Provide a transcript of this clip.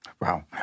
Wow